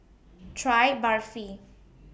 Try Barfi